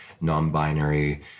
non-binary